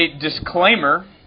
disclaimer